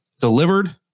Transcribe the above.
delivered